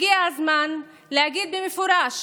הגיע הזמן להגיד במפורש